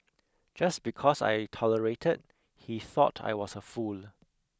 just because I tolerated he thought I was a fool